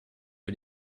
que